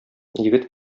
егет